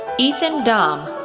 ethan dam,